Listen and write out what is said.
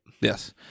Yes